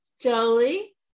Jolie